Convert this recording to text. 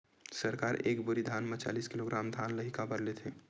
सरकार एक बोरी धान म चालीस किलोग्राम धान ल ही काबर लेथे?